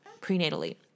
prenatally